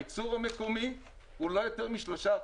הייצור המקומי הוא לא יותר מ-3%.